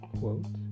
quote